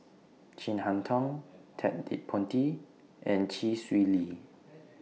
Chin Harn Tong Ted De Ponti and Chee Swee Lee